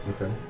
Okay